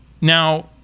Now